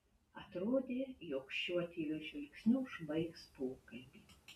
atrodė jog šiuo tyliu žvilgsniu užbaigs pokalbį